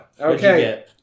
Okay